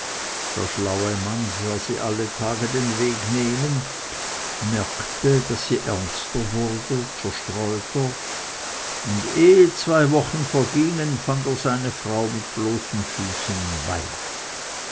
der schlaue mann sah sie alle tage den weg nehmen merkte daß sie ernster wurde zerstreuter und ehe zwei wochen vergingen fand er seine frau mit bloßen füßen im weiher